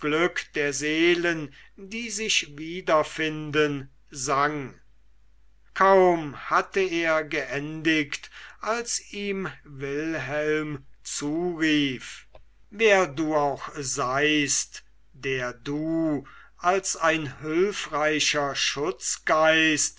der seelen die sich wiederfinden sang kaum hatte er geendigt als ihm wilhelm zurief wer du auch seist der du als ein hülfreicher schutzgeist